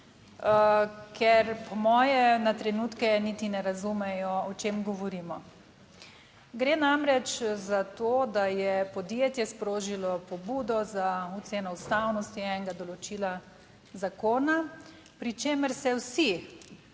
ker po moje na trenutke niti ne razumejo, o čem govorimo. Gre namreč za to, da je podjetje sprožilo pobudo za oceno ustavnosti enega določila zakona, pri čemer se vsi,